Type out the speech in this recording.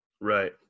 Right